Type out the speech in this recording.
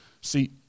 See